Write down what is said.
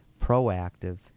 proactive